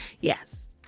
Yes